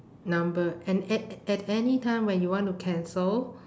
number and at at at any time when you want to cancel